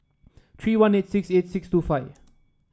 three one eight six eight six two five